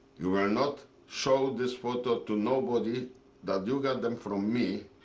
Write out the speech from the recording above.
you will not show this photo to nobody that you got them from me.